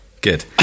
good